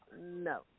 no